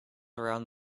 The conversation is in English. around